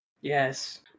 Yes